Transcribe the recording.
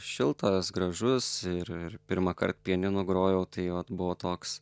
šiltas gražus ir ir pirmąkart pianinu grojau tai jot buvo toks